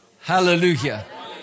Hallelujah